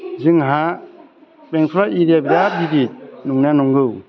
जोंहा बेंटला एरियाआ बिराद गिदिर नंनाया नंगौ